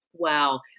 Wow